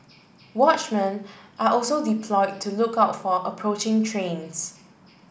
watchmen are also deploy to look out for approaching trains